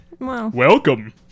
Welcome